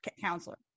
counselor